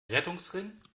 rettungsring